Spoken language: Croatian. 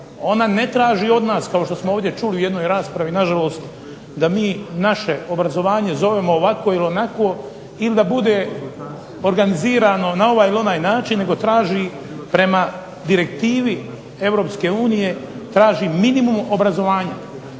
Ona ne traži od nas, kao što smo ovdje čuli u jednoj raspravi nažalost da mi naše obrazovanje zovemo ovako ili onako ili da bude organizirano na ovaj ili na onaj način, nego traži prema direktivi Europske unije traži minimum obrazovanja.